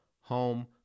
home